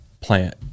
plant